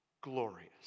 glorious